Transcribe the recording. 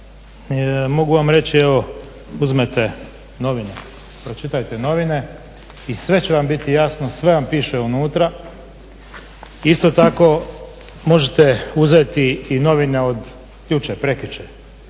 mogu vam reći evo uzmete novine, pročitajte novine i sve će vam biti jasno, sve vam piše unutra, isto tako možete uzeti i novine od jučer, prekjučer